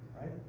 right